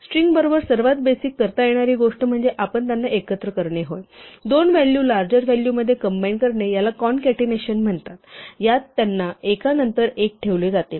string बरोबर सर्वात basic करता येणारी गोष्ट म्हणजे त्यांना एकत्र करणे होय दोन व्हॅल्यू लार्जर व्हॅल्यू मध्ये कम्बाईन करणे याला कॉंनकॅटीनेशन म्हणतात यात त्यांना एका नंतर एक ठेवले जाते